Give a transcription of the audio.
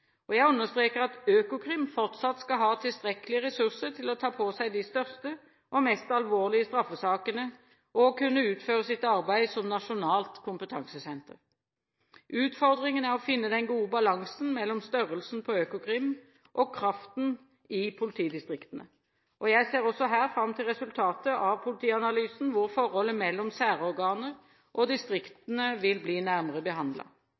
Jeg understreker at Økokrim fortsatt skal ha tilstrekkelige ressurser til å ta på seg de største og mest alvorlige straffesakene og å kunne utføre sitt arbeid som nasjonalt kompetansesenter. Utfordringen er å finne den gode balansen mellom størrelsen på Økokrim og kraften i politidistriktene. Jeg ser også her fram til resultatet av politianalysen, hvor forholdet mellom særorganer og distriktene vil bli nærmere